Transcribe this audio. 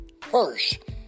First